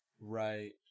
Right